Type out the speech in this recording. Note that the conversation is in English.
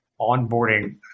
onboarding